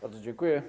Bardzo dziękuję.